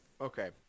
Okay